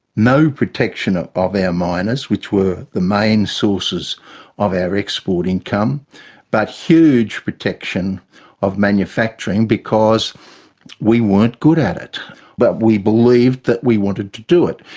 no protection of of our miners which were the main sources of our export income but huge protection of manufacturing, because we weren't good at it but we believed that we wanted to do it.